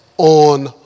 On